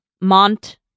Mont